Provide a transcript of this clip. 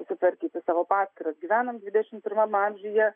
susitvarkyti savo paskyras gyvenant dvidešimt pirmame amžiuje